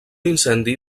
incendi